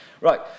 Right